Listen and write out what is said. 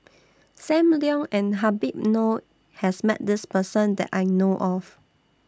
SAM Leong and Habib Noh has Met This Person that I know of